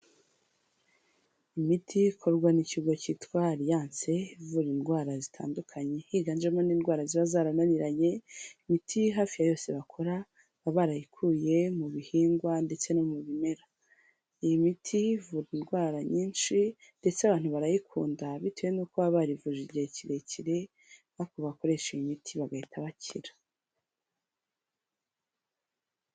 Imiti ikorwa n'ikigo cyitwa Alliance, ivura indwara zitandukanye. Higanjemo n'indwara ziba zarananiranye, imiti hafi ya yose bakora baba barayikuye mu bihingwa ndetse no mu bimera. Iyi miti ivura indwara nyinshi, ndetse abantu barayikunda bitewe nuko baba barivuje igihe kirekire, ariko bakoresha iyi miti bagahita bakira.